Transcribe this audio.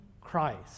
Christ